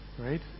Right